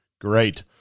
Great